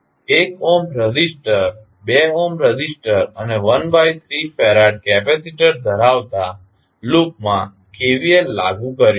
1 Ω resistor 2 Ω resistor અને 13F capacitor ધરાવતા લૂપમાં KVL લાગુ કરીશું